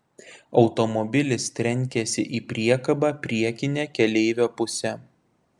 automobilis trenkėsi į priekabą priekine keleivio puse